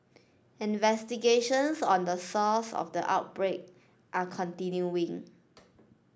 investigations on the source of the outbreak are continuing